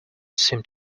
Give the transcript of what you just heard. seemed